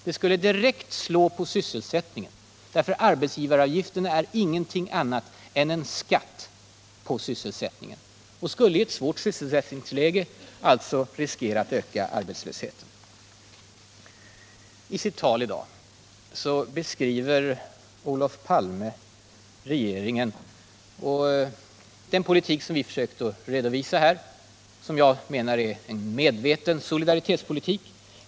Det skulle direkt slå på sysselsättningen, eftersom arbetsgivaravgiften inte är någonting annat än en skatt på sysselsättningen. En höjning av arbetsgivaravgiften skulle alltså i ett svårt sysselsättningsläge riskera att öka arbetslösheten. I sitt tal i dag beskriver Olof Palme regeringen och den politik som vi försökt redovisa här och som jag anser är en medveten solidaritetspolitik.